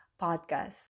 Podcast